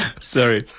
Sorry